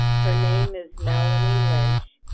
her name is melanie lynch,